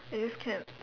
I just can't